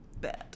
bad